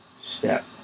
step